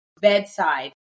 bedside